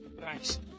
Thanks